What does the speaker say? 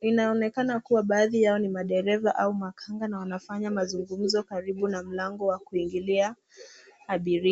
Inaonekana kuwa baadhi yao ni madereva au makanga na wanafanya mazungumzo karibu na mlango wa kuingilia abiria.